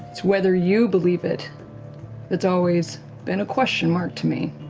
it's whether you believe it that's always been a question mark to me.